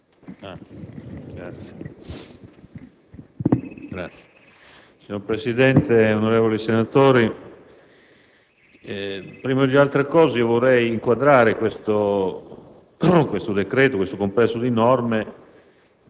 Signor Presidente, onorevoli senatori, prima di tutto vorrei inquadrare questo decreto, questo complesso di norme,